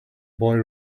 boy